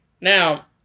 Now